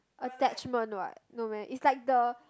attachment what no meh is like the